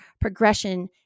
Progression